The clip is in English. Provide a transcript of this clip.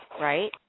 right